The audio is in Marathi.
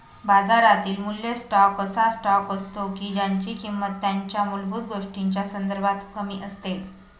बाजारातील मूल्य स्टॉक असा स्टॉक असतो की ज्यांची किंमत त्यांच्या मूलभूत गोष्टींच्या संदर्भात कमी असते